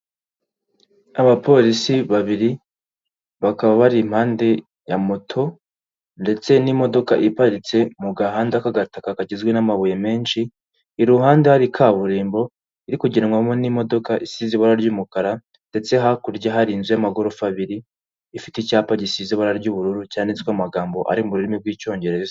Abapolisi babiri bakaba bari mpande ya moto ndetse n'imodoka iparitse mu gahanda k'agataka kagizwe n'amabuye menshi, iruhande hari kaburimbo iri kugendwamo n'imodoka isize ibara ry'umukara ndetse hakurya harinzu ya amagorofa abiri, ifite icyapa gisize ibara ry'ubururu cyanditsweho amagambo ari mu rurimi rw'icyongereza.